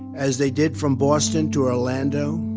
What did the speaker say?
as they did from boston to orlando